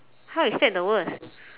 how is that the worst